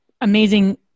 amazing